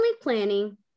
planning